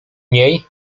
niej